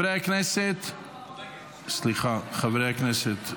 27 בעד, שבעה מתנגדים.